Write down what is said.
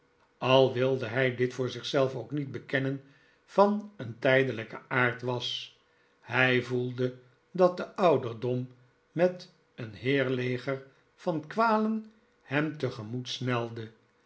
al wilde hij dit voor zich zelven ook nietbekennen van een tijdelijken aard was hij yoelde dat de ouderdom met een heirleger van kwalen hem te gemoet snelde